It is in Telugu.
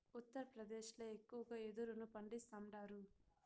ఉత్తరప్రదేశ్ ల ఎక్కువగా యెదురును పండిస్తాండారు